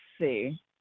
see